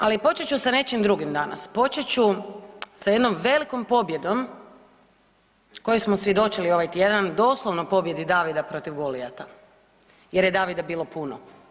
Ali počet ću sa nečim drugim danas, počet ću sa jednom velikom pobjedom koju smo svjedočili ovaj tjedan, doslovno pobjedi Davida protiv Golijata jer je Davida bilo puno.